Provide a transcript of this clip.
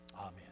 Amen